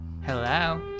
Hello